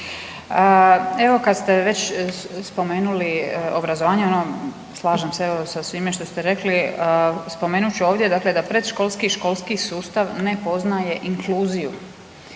Evo, kad ste već spomenuli obrazovanje, ono, slažem se, evo, sa svime što ste rekli, spomenut ću ovdje dakle da predškolski i školski sustav ne poznaje inkluziju,